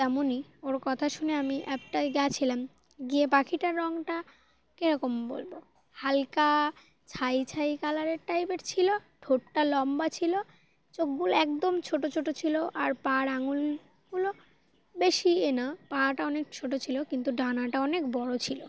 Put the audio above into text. তেমনই ওর কথা শুনে আমি অ্যাপটায় গিয়েছিলাম গিয়ে পাখিটার রঙটা কীরকম বলবো হালকা ছাই ছাই কালারের টাইপের ছিলো ঠোঁট্টটা লম্বা ছিলো চোখগুলো একদম ছোটো ছোটো ছিলো আর পায়ের আঙুলগুলো বেশি এ না পাটা অনেক ছোটো ছিলো কিন্তু ডানাটা অনেক বড়ো ছিলো